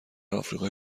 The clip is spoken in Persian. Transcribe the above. آفریقای